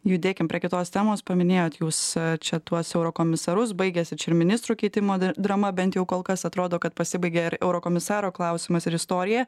judėkim prie kitos temos paminėjot jūs čia tuos eurokomisarus baigiasi čia ir ministrų keitimo drama bent jau kol kas atrodo kad pasibaigė ir eurokomisaro klausimas ir istorija